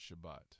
Shabbat